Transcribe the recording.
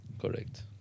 Correct